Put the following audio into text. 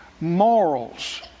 morals